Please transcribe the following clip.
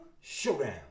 showdown